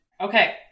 Okay